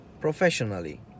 professionally